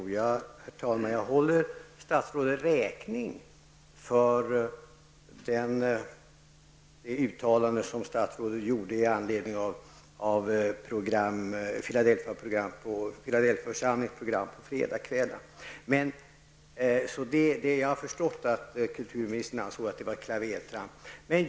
Herr talman! Jag håller statsrådet räkning för det uttalande som statsrådet gjorde i anledning av Filadelfiaförsamlingens program på fredagkvällarna. Jag har förstått att kulturministern ansåg att det var ett klavertramp.